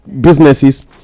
businesses